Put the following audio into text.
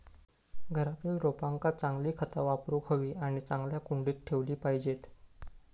घरातील रोपांका चांगली खता वापरूक हवी आणि चांगल्या कुंडीत ठेवली पाहिजेत